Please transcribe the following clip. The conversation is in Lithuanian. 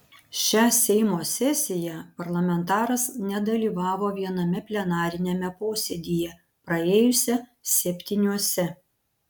šią seimo sesiją parlamentaras nedalyvavo viename plenariniame posėdyje praėjusią septyniuose